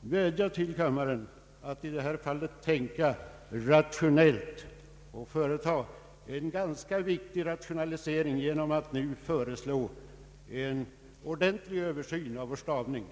vädja till kammaren att i detta fall tänka rationellt och företa en ganska viktig rationalisering genom att nu föreslå en ordentlig översyn av vår stavning.